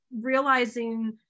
realizing